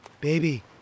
Baby